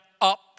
up